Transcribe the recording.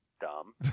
dumb